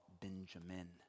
Benjamin